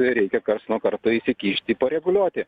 reikia karts nuo karto įkišti pareguliuoti